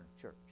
church